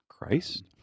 Christ